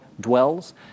dwells